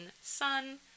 Sun